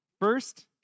First